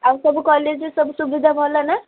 ଆଉ ସବୁ କଲେଜ୍ରେ ସବୁ ସୁବିଧା ଭଲ ନା